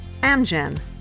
Amgen